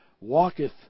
walketh